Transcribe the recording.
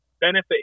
benefit